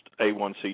A1C